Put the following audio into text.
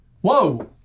Whoa